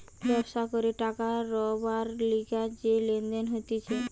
ব্যবসা করে টাকা বারবার লিগে যে লেনদেন হতিছে